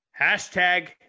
Hashtag